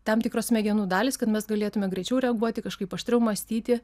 tam tikros smegenų dalys kad mes galėtume greičiau reaguoti kažkaip aštriau mąstyti